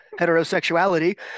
heterosexuality